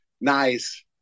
nice